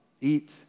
eat